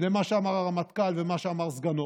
למה שאמר הרמטכ"ל ולמה שאמר סגנו